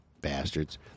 Bastards